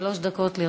שלוש דקות לרשותך.